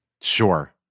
Sure